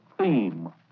theme